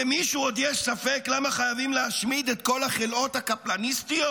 למישהו עוד יש ספק למה חייבים להשמיד את כל החלאות הקפלניסטיות?